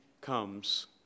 comes